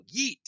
yeet